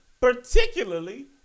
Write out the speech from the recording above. Particularly